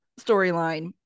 storyline